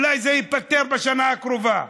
אולי זה ייפתר בשנה הקרובה.